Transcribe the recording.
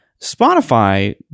Spotify